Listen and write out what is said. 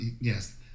yes